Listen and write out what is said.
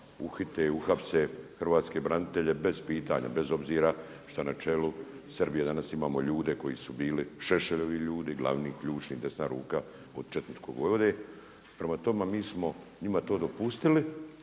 uhite, uhapse hrvatske branitelje bez pitanja, bez obzira što na čelu Srbije danas imamo ljude koji su bili Šešeljovi ljudi, glavni, ključni, desna ruka od četničkog vojvode. Prema tome, mi smo njima to dopustili